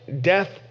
death